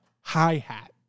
Hi-Hat